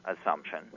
assumption